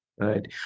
Good